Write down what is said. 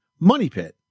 MONEYPIT